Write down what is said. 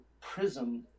prism